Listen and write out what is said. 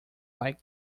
like